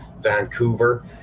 Vancouver